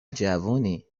جوونی